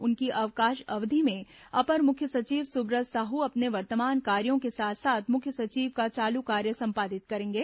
उनकी अवकाश अवधि में अपर मुख्य सचिव सुब्रत साहू अपने वर्तमान कार्यो के साथ साथ मुख्य सचिव का चालू कार्य संपादित करेंगे